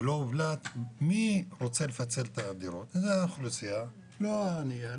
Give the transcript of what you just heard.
ולא הובלט מי רוצה לפצל את הדירות זו האוכלוסייה לא הענייה,